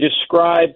describe